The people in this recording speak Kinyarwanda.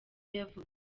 yavutse